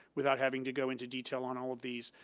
without having to go into detail on all of these,